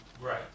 Right